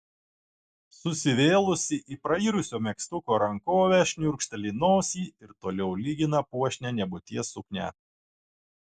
susivėlusi į prairusio megztuko rankovę šniurkšteli nosį ir toliau lygina puošnią nebūties suknią